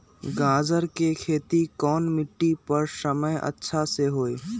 गाजर के खेती कौन मिट्टी पर समय अच्छा से होई?